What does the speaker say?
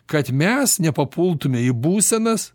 kad mes nepapultume į būsenas